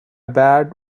bad